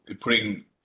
putting